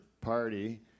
party